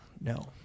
no